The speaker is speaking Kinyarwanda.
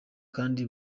kandi